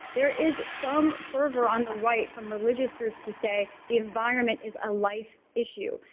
there is some fervor on the right from religious groups to say, the environment is a life issue.